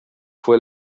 fue